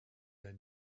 their